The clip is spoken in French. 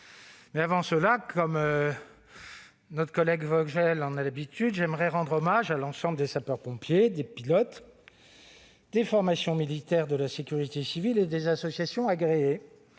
Auparavant, comme Jean-Pierre Vogel en a l'habitude, je rends hommage à l'ensemble des sapeurs-pompiers, des pilotes, des formations militaires de la sécurité civile et des associations agréées,